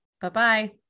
Bye-bye